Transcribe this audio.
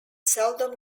seldom